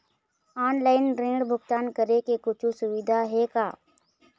Online ऋण भुगतान करे के कुछू सुविधा हे का?